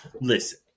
Listen